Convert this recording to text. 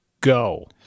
go